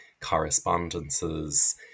correspondences